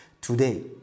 today